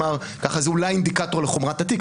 זה אולי אינדיקטור לחומרת התיק.